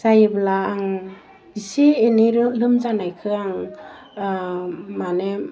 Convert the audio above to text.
जायोब्ला आं एसे एनै लोमजानायखौ आं माने